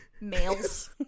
males